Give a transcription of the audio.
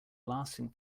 lasting